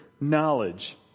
knowledge